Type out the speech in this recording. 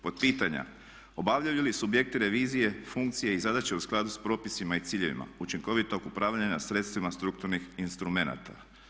Pod pitanja obavljaju li subjekti revizije funkcije i zadaće u skladu s propisima i ciljevima učinkovitog upravljanja sredstvima strukturnih instrumenata?